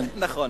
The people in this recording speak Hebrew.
נכון.